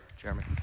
Jeremy